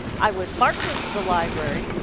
i would march into the library,